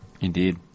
Indeed